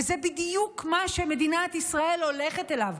וזה בדיוק מה שמדינת ישראל הולכת אליו,